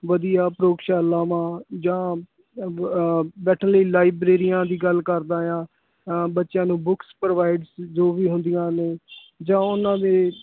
ਵਧੀਆ ਪ੍ਰਯੋਗਸ਼ਾਲਾਵਾਂ ਜਾਂ ਬ ਬੈਠਣ ਲਈ ਲਾਈਬ੍ਰੇਰੀਆਂ ਦੀ ਗੱਲ ਕਰਦਾ ਹਾਂ ਬੱਚਿਆਂ ਨੂੰ ਬੁਕਸ ਪ੍ਰੋਵਾਈਡ ਜੋ ਵੀ ਹੁੰਦੀਆਂ ਨੇ ਜਾਂ ਉਹਨਾਂ ਦੇ